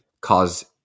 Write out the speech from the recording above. cause